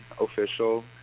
official